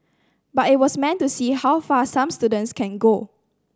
but it was meant to see how far some students can go